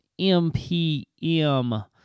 MPM